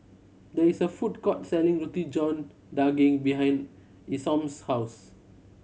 there is a food court selling Roti John Daging behind Isom's house